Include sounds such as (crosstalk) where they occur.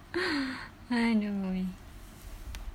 (laughs) adoi